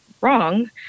wrong